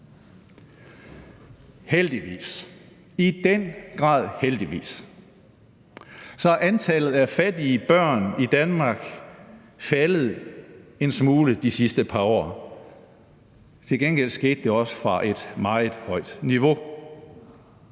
Heldigvis, i den grad heldigvis, er antallet af fattige børn i Danmark faldet en smule de sidste par år. Til gengæld skete det også fra et meget højt niveau.